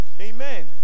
Amen